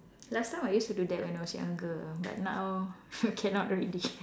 last time I used to do that when I was younger but now cannot already